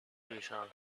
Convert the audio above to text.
treasure